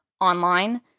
online